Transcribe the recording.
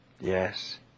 Yes